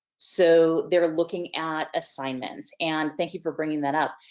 so they're looking at assignments. and thank you for bringing that up.